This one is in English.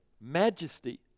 majesty